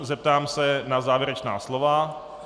Zeptám se na závěrečná slova.